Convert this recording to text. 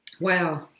wow